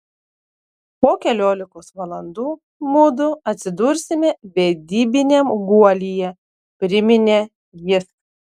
po keliolikos valandų mudu atsidursime vedybiniam guolyje priminė jis